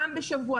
פעם בשבוע,